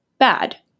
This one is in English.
bad